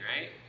right